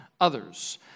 others